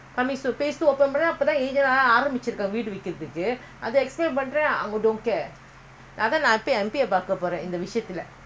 explain பண்ணறேன்அவங்க:pannren avanka don't care அதான்நான்போய்:athaan naan pooi N_P_A பாக்கபோறேன்இந்தவிஷயத்துல [ah]நான்போய்பேசிபாக்கரேன்:paaka pooren indha vishaythula naan pooi peesi paakareen